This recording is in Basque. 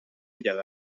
jada